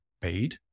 paid